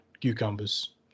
cucumbers